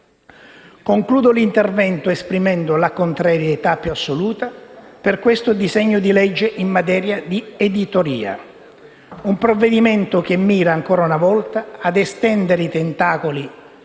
Concludo l'intervento esprimendo la contrarietà più assoluta per questo disegno di legge in materia di editoria; un provvedimento che mira, ancora una volta, a estendere i tentacoli